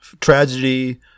Tragedy